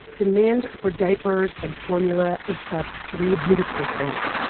demand for diapers and formula is up three hundred percent.